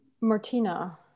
Martina